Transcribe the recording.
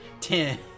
Ten